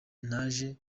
naje